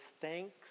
thanks